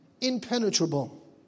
impenetrable